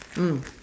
mm